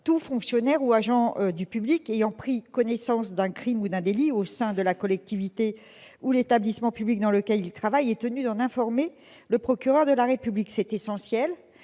tout fonctionnaire ou agent du public ayant pris connaissance d'un crime ou d'un délit au sein de la collectivité ou de l'établissement public dans lequel il travaille est tenu d'en informer le procureur de la République. C'est essentiel,